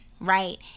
right